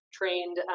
trained